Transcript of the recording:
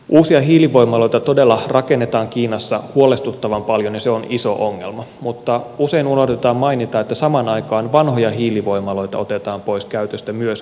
uusia hiilivoimaloita todella rakennetaan kiinassa huolestuttavan paljon ja se on iso ongelma mutta usein unohdetaan mainita että samaan aikaan vanhoja hiilivoimaloita otetaan pois käytöstä myös huimaa vauhtia